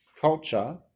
culture